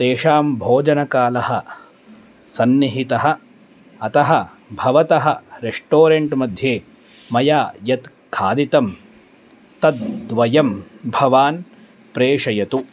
तेषां भोजनकालः सन्निहितः अतः भवतः रेस्टोरेण्ट् मध्ये मया यत् खादितं तद्वयं भवान् प्रेषयतु